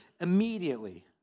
immediately